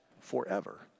forever